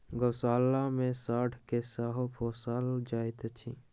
गोशाला मे साँढ़ के सेहो पोसल जाइत छै